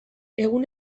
egun